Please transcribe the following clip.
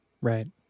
right